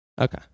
Okay